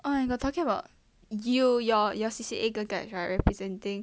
oh my god talking about you your your C_C_A girl guides right representing